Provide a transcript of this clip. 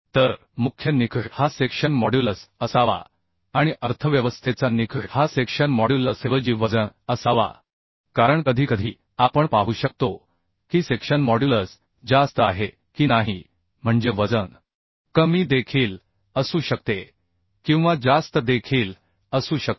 तर मुख्य निकष हा सेक्शन मॉड्युलस असावा आणि अर्थव्यवस्थेचा निकष हा सेक्शन मॉड्युलसऐवजी वजन असावा कारण कधीकधी आपण पाहू शकतो की सेक्शन मॉड्युलस जास्त आहे की नाही म्हणजे वजन कमी देखील असू शकते किंवा जास्त देखील असू शकते